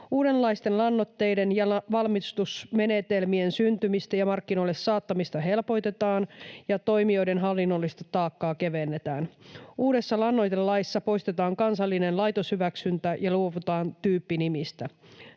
Uudenlaisten lannoitteiden ja valmistusmenetelmien syntymistä ja markkinoille saattamista helpotetaan ja toimijoiden hallinnollista taakkaa kevennetään. Uudessa lannoitelaissa poistetaan kansallinen laitoshyväksyntä ja luovutaan tyyppinimistä.